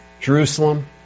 Jerusalem